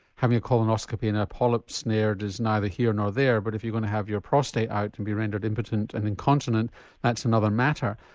having a colonoscopy and a polyp snared is neither here nor there but if you're going to have your prostate out you can be rendered impotent and incontinent that's another matter.